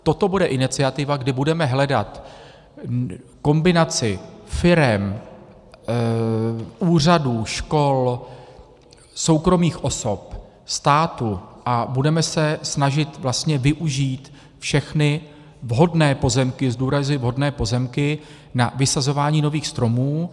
Toto bude iniciativa, kdy budeme hledat kombinaci firem, úřadů, škol, soukromých osob, státu a budeme se snažit vlastně využít všechny vhodné pozemky zdůrazňuji vhodné pozemky na vysazování nových stromů.